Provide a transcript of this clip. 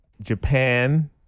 Japan